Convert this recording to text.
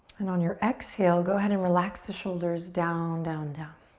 and on your exhale, go ahead and relax the shoulders down, down, down.